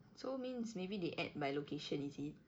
so means maybe they add by location is it